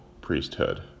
priesthood